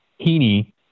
Heaney